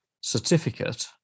certificate